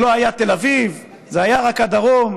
לא היה תל אביב, זה היה רק הדרום.